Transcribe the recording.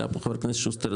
העלה פה חבר הכנסת שוסטר.